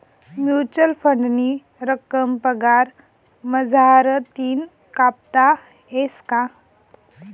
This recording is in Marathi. म्युच्युअल फंडनी रक्कम पगार मझारतीन कापता येस का?